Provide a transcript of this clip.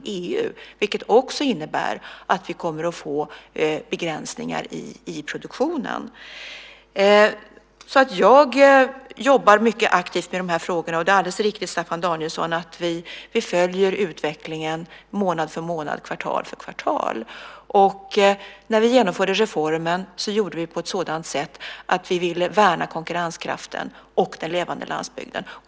Det innebär också att vi kommer att få begränsningar i produktionen. Jag jobbar mycket aktivt med de frågorna. Det är alldeles riktigt, Staffan Danielsson, att vi följer utvecklingen månad för månad och kvartal för kvartal. När vi genomförde reformen gjorde vi det på ett sådant sätt att vi kunde värna konkurrenskraften och den levande landsbygden.